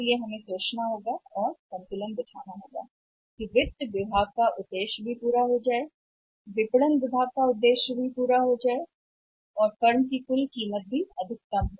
इसलिए हमें यह सोचना पड़ सकता है कि विपणन विभागों का व्यापार होना है उद्देश्य भी पूरा होता है और वित्त विभाग का उद्देश्य भी पूरा होता है और कुल मिलाकर मूल्य होता है अधिकतम